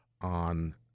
on